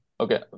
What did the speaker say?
okay